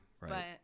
Right